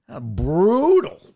Brutal